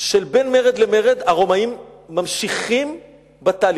של בין מרד למרד, הרומאים ממשיכים בתהליך.